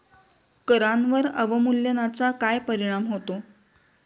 करांवर अवमूल्यनाचा काय परिणाम होतो?